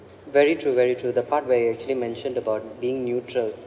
very true very true the part where you actually mentioned about being neutral